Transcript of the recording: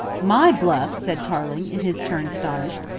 my bluff! said tarling, in his turn astonished.